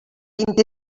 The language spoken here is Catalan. vint